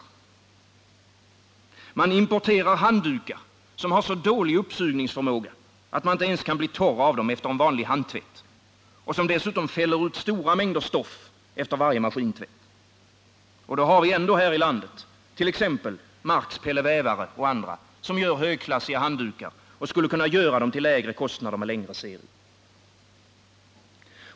Man importerar handdukar som har så dålig uppsugningsförmåga att man inte ens blir torr av dem efter vanlig handtvätt och som dessutom fäller ut stora mängder stoff efter varje maskintvätt. Då har vi ändå här i landet t.ex. Marks Pelle Vävare AB, som gör högklassiga handdukar och som skulle kunna göra dem till lägre kostnader med längre serier.